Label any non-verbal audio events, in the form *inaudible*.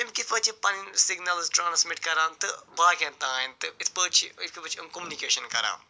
یِم کِتھٕ پٲٹھۍ چھِ یہِ پنٕنۍ سِگنلٕز ٹرٛانٕسمیٹ کَران تہٕ باقین تانۍ تہٕ یِتھٕ پٲٹھۍ چھِ *unintelligible* أسۍ وُچھان کومنِکیشن کَران